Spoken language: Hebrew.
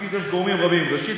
הבלתי-חוקית יש גורמים רבים: ראשית,